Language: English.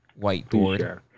Whiteboard